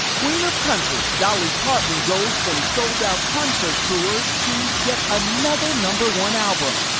queen of country, dolly parton, goes from soldout concert tours to yet another number one album.